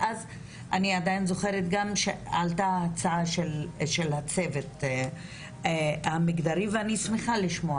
ואז אני עדיין זוכרת גם שעלתה הצעה של הצוות המגדרי ואני שמחה לשמוע